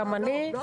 גם אני וגם השרה.